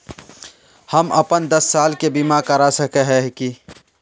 हम अपन दस साल के बीमा करा सके है की?